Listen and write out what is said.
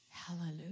Hallelujah